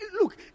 Look